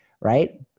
right